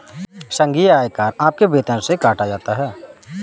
संघीय आयकर आपके वेतन से काटा जाता हैं